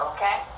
Okay